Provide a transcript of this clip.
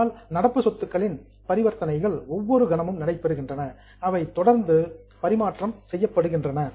ஆனால் நடப்பு சொத்துக்களின் டிரன்சாக்சன்ஸ் பரிவர்த்தனைகள் ஒவ்வொரு கணமும் நடைபெறுகின்றன அவை தொடர்ந்து எக்ஸ்சேஞ்ச்டு பரிமாற்றம் செய்யப்படுகின்றன